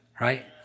right